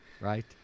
right